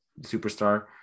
superstar